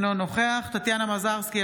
אינו נוכח טטיאנה מזרסקי,